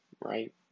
right